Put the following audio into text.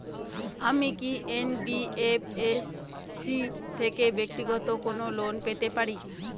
আমি কি এন.বি.এফ.এস.সি থেকে ব্যাক্তিগত কোনো লোন পেতে পারি?